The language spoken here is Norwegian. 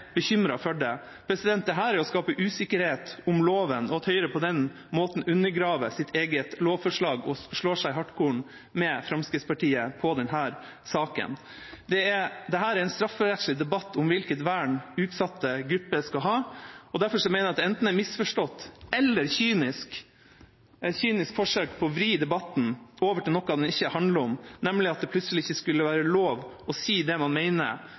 for det? Dette er å skape usikkerhet om loven. Høyre undergraver på den måten sitt eget lovforslag og slår seg i hartkorn med Fremskrittspartiet i denne saken. Dette er en strafferettslig debatt om hvilket vern utsatte grupper skal ha. Derfor mener jeg at det enten er et misforstått eller kynisk forsøk på å vri debatten over til noe den ikke handler om, nemlig at det plutselig ikke skulle være lov å si det man mener,